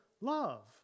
love